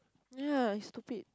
ya he's stupid